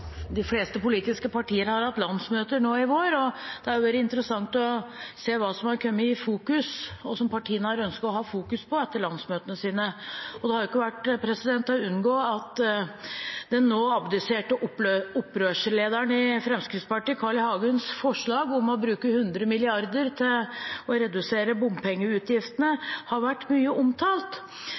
det har vært interessant å se hva som har kommet i fokus, og som partiene har ønsket å fokusere på etter landsmøtene sine. Det har ikke vært til å unngå at forslaget til den nå abdiserte opprørslederen i Fremskrittspartiet, Carl I. Hagen, om å bruke 100 mrd. kr til å redusere bompengeutgiftene, har vært mye omtalt.